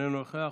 איננו נוכח,